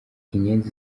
inyenzi